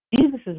Jesus